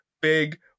big